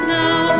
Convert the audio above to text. now